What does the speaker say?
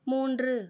மூன்று